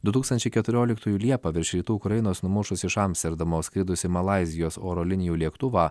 du tūkstančiai keturioliktųjų liepą virš rytų ukrainos numušus iš amsterdamo skridusį malaizijos oro linijų lėktuvą